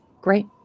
Great